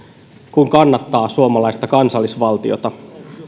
kun kannattaa suomalaista kansallisvaltiota